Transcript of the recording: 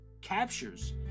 captures